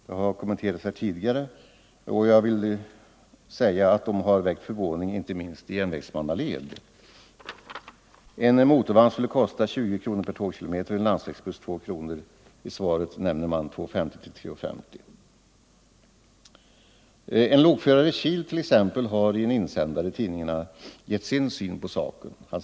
Det har kommenterats tidigare, och jag vill säga att det uttalandet har väckt förvåning inte minst i järnvägsmannaled. En motorvagn skulle kosta 20 kronor per tågkilometer och en landsvägsbuss 2 kronor, har det anförts, och i svaret nämns kronor 2:50-3:50. En lokförare i Kil t.ex. har i en insändare i tidningarna gett sin syn på saken.